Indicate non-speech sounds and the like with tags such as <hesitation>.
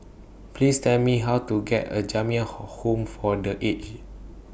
Please Tell Me How to get A Jamiyah <hesitation> Home For The Aged